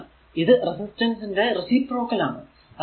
എന്തെന്നാൽ ഇത് റെസിസ്റ്റൻസ് ന്റെ റേസിപ്രോക്കൽ ആണ്